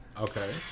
Okay